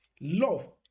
Love